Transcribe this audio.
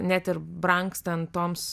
net ir brangstant toms